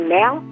now